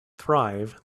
thrive